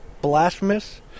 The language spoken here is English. blasphemous